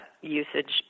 usage